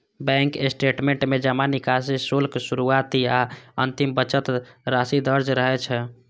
bank statement में जमा, निकासी, शुल्क, शुरुआती आ अंतिम बचत राशि दर्ज रहै छै